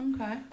Okay